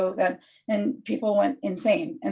ah and and people went insane. and